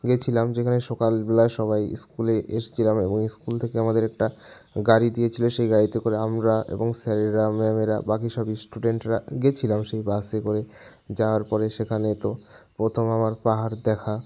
গেছিলাম যেখানে সকালবেলা সবাই ইস্কুলে এসেছিলাম এবং ইস্কুল থেকে আমাদের একটা গাড়ি দিয়েছিল সেই গাড়িতে করে আমরা এবং স্যারেরা ম্যামেরা বাকি সব স্টুডেন্টরা গেছিলাম সেই বাসে করে যাওয়ার পরে সেখানে তো প্রথম আমার পাহাড় দেখা